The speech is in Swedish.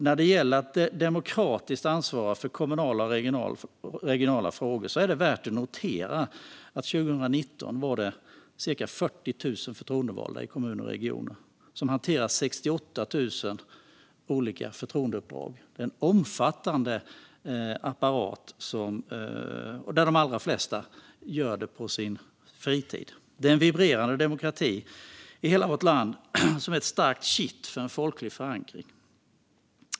När det gäller att demokratiskt ansvara för kommunala och regionala frågor är det värt att notera att det 2019 var cirka 40 000 förtroendevalda i kommuner och regioner som hanterade 68 000 olika förtroendeuppdrag. Det är en omfattande apparat, och de allra flesta gör det på sin fritid. Det är en vibrerande demokrati i hela vårt land som är ett starkt kitt för folklig förankring.